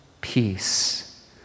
Peace